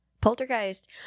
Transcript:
poltergeist